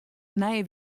nije